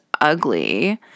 ugly